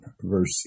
verse